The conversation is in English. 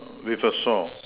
with a saw